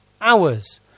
Hours